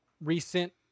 recent